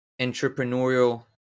entrepreneurial